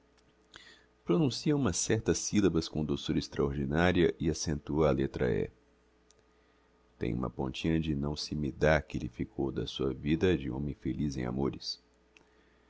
pronuncia umas certas syllabas com doçura extraordinaria e accentua a letra e tem uma pontinha de não se me dá que lhe ficou da sua vida de homem feliz em amores